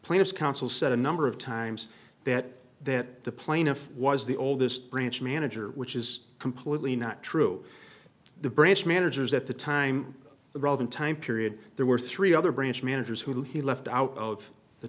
planners council said a number of times that that the plaintiff was the oldest branch manager which is completely not true the branch managers at the time the broken time period there were three other branch managers who he left out of the